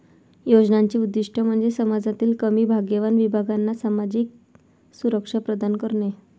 योजनांचे उद्दीष्ट म्हणजे समाजातील कमी भाग्यवान विभागांना सामाजिक सुरक्षा प्रदान करणे